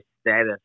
status